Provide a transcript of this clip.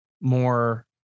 more-